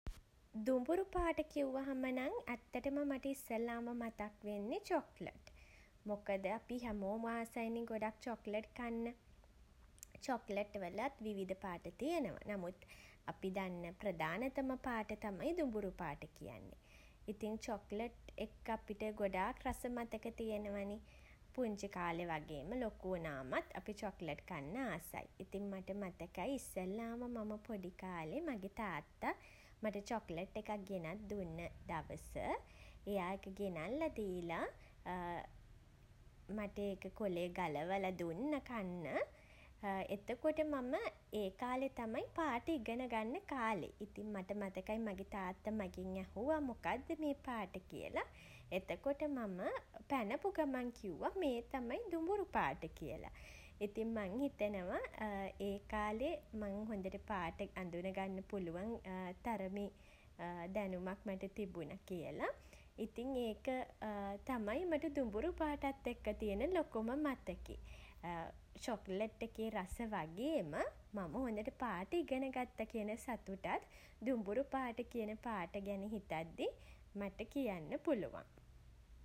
දුඹුරු පාට කිව්වහම නම් ඇත්තටම මට ඉස්සෙල්ලාම මතක් වෙන්නේ චොක්ලට්. මොකද අපි හැමෝම ආසයිනේ ගොඩක් චොක්ලට් කන්න. චොක්ලට් වලත් විවිධ පාට තියෙනවා. නමුත් අපි දන්න ප්‍රධානතම පාට තමයි දුඹුරු පාට කියන්නෙ. ඉතින් චොක්ලට් එක්ක අපිට ගොඩාක් රස මතක තියෙනවනෙ. පුංචි කාලෙ වගේම ලොකු වුනාමත් අපි චොක්ලට් කන්න ආසයි. ඉතින් මට මතකයි ඉස්සෙල්ලාම මම පොඩි කාලේ මගේ තාත්තා මට චොක්ලට් එකක් ගෙනත් දුන්න දවස. එයා ඒක ගෙනල්ල දීල මට ඒක කොලේ ගලවලා දුන්න කන්න. එතකොට මම ඒ කාලේ තමයි පාට ඉගෙන ගන්න කාලේ. ඉතින් මට මතකයි මගෙ තාත්තා මගෙන් ඇහුවා මොකක්ද මේ පාට කියල. එතකොට මම පැනපු ගමන් කිව්වා මේ තමයි දුඹුරු පාට කියල. ඉතින් මං හිතනවා ඒ කාලේ මං හොඳට පාට අඳුනගන්න පුළුවන් තරමේ දැනුමක් මට තිබුණ කියල. ඉතින් ඒක තමයි මට දුඹුරු පාටත් එක්ක තියෙන ලොකුම මතකේ. චොක්ලට් එකේ රස වගේම මම හොඳට පාට ඉගෙන ගත්ත කියන සතුටත් දුඹුරු පාට කියන පාට ගැන හිතද්දී මට කියන්න පුළුවන්.